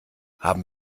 haben